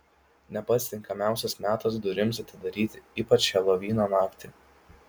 ne pats tinkamiausias metas durims atidaryti ypač helovino naktį